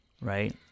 right